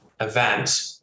event